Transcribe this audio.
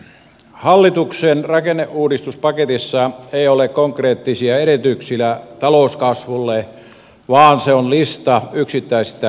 hallituksen rakenneuudistuspaketissa ei ole konkreettisia edellytyksiä talouskasvulle vaan se on lista yksittäisistä leikkauskohteista